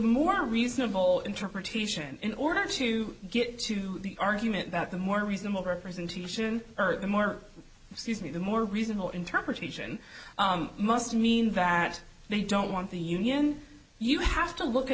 more reasonable interpretation in order to get to the argument that the more reasonable representation urt the more sees me the more reasonable interpretation must mean that they don't want the union you have to look at